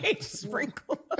Sprinkle